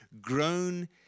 Grown